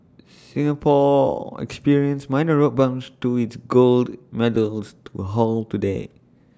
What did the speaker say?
Singapore experienced minor road bumps to its gold medals we're haul today